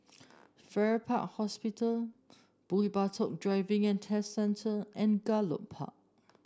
Farrer Park Hospital Bukit Batok Driving And Test Centre and Gallop Park